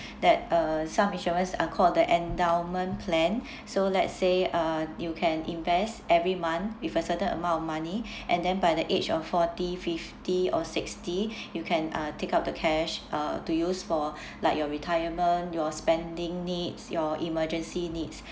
that uh some insurance are called the endowment plan so let's say uh you can invest every month with a certain amount of money and then by the age of forty fifty or sixty you can uh take out the cash uh to use for like your retirement your spending needs your emergency needs